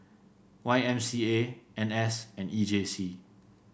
Y M C A N S and E J C